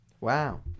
Wow